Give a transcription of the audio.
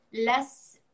less